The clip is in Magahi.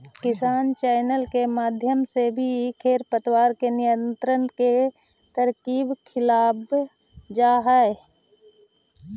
किसान चैनल के माध्यम से भी खेर पतवार के नियंत्रण के तरकीब सिखावाल जा हई